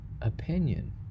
opinion